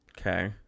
Okay